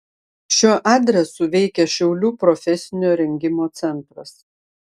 šiuo adresu veikia šiaulių profesinio rengimo centras